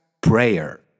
prayer